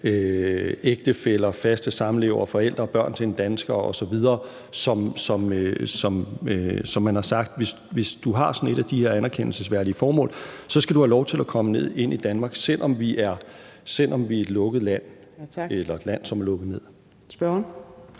ægtefæller, faste samlevere, forældre, børn af en dansker osv. Så man har sagt, at hvis du har sådan et af de her anerkendelsesværdige formål, skal du have lov til at komme ind i Danmark, selv om vi er et lukket land – eller et land, som er lukket ned. Kl.